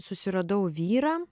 susiradau vyrą